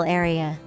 area